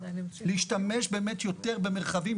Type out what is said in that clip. להשתמש יותר במרחבים פתוחים,